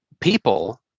People